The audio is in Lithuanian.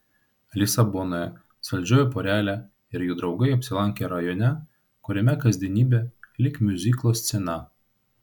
lisabonoje saldžioji porelė ir jų draugai apsilankė rajone kuriame kasdienybė lyg miuziklo scena